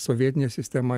sovietinė sistema